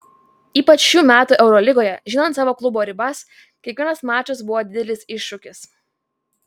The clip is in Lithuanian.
ypač šių metų eurolygoje žinant savo klubo ribas kiekvienas mačas buvo didelis iššūkis